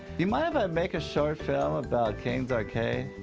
you mind if i make a short film about caine's arcade?